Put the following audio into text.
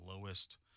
lowest